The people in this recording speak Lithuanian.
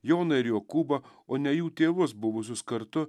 joną ir jokūbą o ne jų tėvus buvusius kartu